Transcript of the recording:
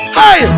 hey